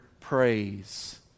praise